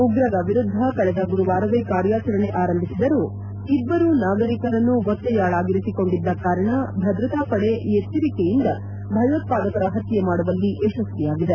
ಉಗ್ರರ ವಿರುದ್ದ ಕಳೆದ ಗುರುವಾರವೇ ಕಾರ್ಯಾಚರಣೆ ಆರಂಭಿಸಿದರೂ ಇಬ್ಬರು ನಾಗರಿಕರನ್ನು ಒತ್ತೆಯಾಳಾಗಿರಿಸಿಕೊಂಡಿದ್ದ ಕಾರಣ ಭದ್ರತಾ ಪಡೆ ಎಚ್ಚರಿಕೆಯಿಂದ ಭಯೋತ್ಪಾದಕರ ಹತ್ಯ ಮಾಡುವಲ್ಲಿ ಯಶಸ್ವಿಯಾಗಿದೆ